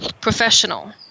professional